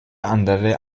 andere